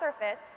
surface